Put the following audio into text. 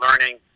learning